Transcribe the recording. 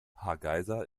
hargeysa